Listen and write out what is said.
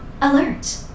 Alert